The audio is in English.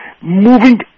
moving